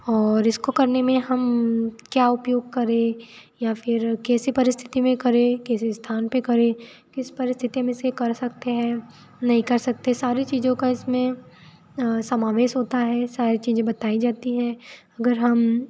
और इसको करने में हम क्या उपयोग करें या फिर कैसी परिस्थिति में करें कैसे स्थान पर करें किस परिस्थिति में इसे कर सकते हैं नहीं कर सकते सारी चीज़ों का इसमें समावेश होता है सारी चीज़ें बताई जाती है अगर हम